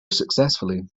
successfully